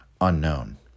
unknown